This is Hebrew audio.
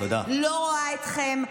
לא רואה אתכם,